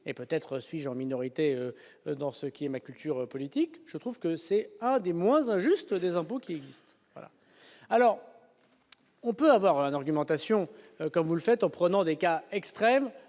et peut-être suis-je en minorité dans ce qui est ma culture politique, je trouve que c'est un des moins injuste des impôts qui existe, alors on peut avoir un argumentation comme vous le faites en prenant des cas extrêmes,